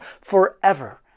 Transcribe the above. forever